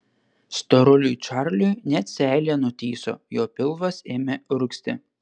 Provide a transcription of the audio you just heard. storuliui čarliui net seilė nutįso jo pilvas ėmė urgzti